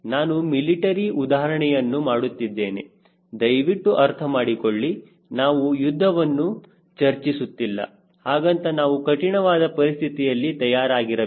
ನಾನು ಮಿಲಿಟರಿ ಉದಾಹರಣೆಯನ್ನು ಮಾಡುತ್ತಿದ್ದೇನೆ ದಯವಿಟ್ಟು ಅರ್ಥ ಮಾಡಿಕೊಳ್ಳಿ ನಾವು ಯುದ್ಧವನ್ನು ಚರ್ಚಿಸುತ್ತಿಲ್ಲ ಹಾಗಂತ ನಾವು ಕಠಿಣವಾದ ಪರಿಸ್ಥಿತಿಯಲ್ಲಿ ತಯಾರಾಗಿರಬೇಕು